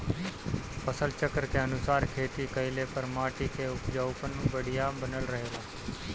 फसल चक्र के अनुसार खेती कइले पर माटी कअ उपजाऊपन बढ़िया बनल रहेला